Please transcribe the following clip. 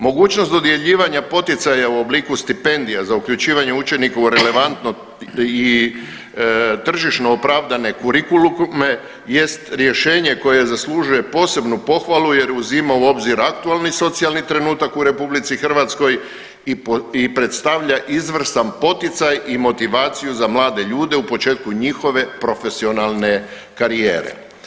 Mogućnost dodjeljivanja poticaja u obliku stipendija za uključivanje učenika u relevantno i tržišno opravdane kurikulume jest rješenje koje zaslužuje posebnu pohvalu jer uzima u obzir aktualni socijalni trenutak u RH i predstavlja izvrstan poticaj i motivaciju za mlade ljude u početku njihove profesionalne karijere.